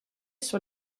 sur